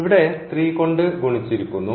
ഇതിനെ ഇവിടെ 3 കൊണ്ട് ഗുണിച്ചിരിക്കുന്നു